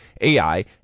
AI